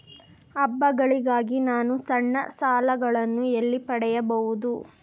ಹಬ್ಬಗಳಿಗಾಗಿ ನಾನು ಸಣ್ಣ ಸಾಲಗಳನ್ನು ಎಲ್ಲಿ ಪಡೆಯಬಹುದು?